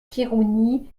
khirouni